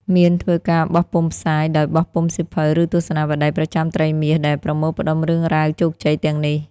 មានធ្វើការបោះពុម្ពផ្សាយដោយបោះពុម្ពសៀវភៅ ឬទស្សនាវដ្ដីប្រចាំត្រីមាសដែលប្រមូលផ្តុំរឿងរ៉ាវជោគជ័យទាំងនេះ។